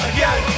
Again